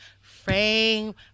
frame